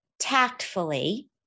tactfully